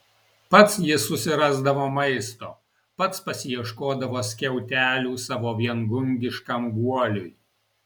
pats jis susirasdavo maisto pats pasiieškodavo skiautelių savo viengungiškam guoliui